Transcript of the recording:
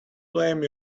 blame